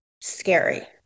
scary